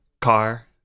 car